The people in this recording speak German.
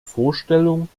vorstellung